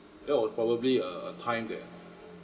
that was probably uh a time that